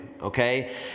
okay